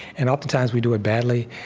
and oftentimes, we do it badly.